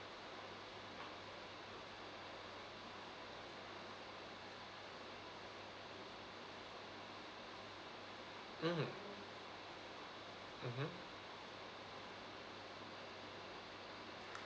mmhmm mmhmm